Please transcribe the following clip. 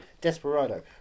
desperado